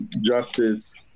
justice